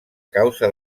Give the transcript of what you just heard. causa